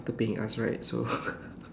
after paying us right so